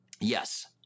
yes